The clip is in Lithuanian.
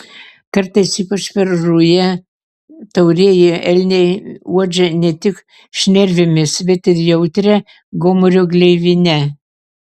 kartais ypač per rują taurieji elniai uodžia ne tik šnervėmis bet ir jautria gomurio gleivine